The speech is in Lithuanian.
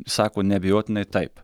sako neabejotinai taip